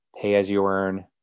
pay-as-you-earn